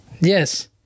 Yes